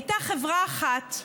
הייתה חברה אחת,